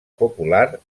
popular